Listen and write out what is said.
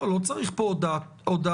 זה לא אותו שופט תמיד, נועה.